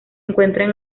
encuentran